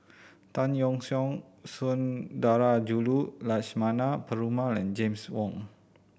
Tan Yeok Seong Sundarajulu Lakshmana Perumal and James Wong